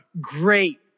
great